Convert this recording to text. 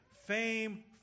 fame